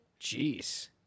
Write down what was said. jeez